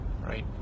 right